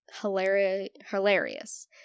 hilarious